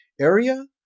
area